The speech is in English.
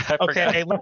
Okay